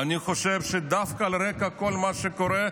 אני חושב שדווקא על רקע כל מה שקורה,